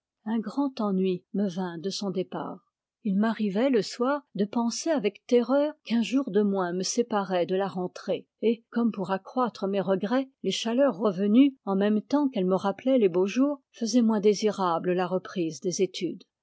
un grand ennui me vint de son départ il m'arrivait le soir de penser avec terreur qu'un jour de moins me séparait de la rentrée et comme pour accroitre mes regrets les chaleurs revenues en même temps qu'elles me rappelaient les beaux jours faisaient moins désirable la reprise des études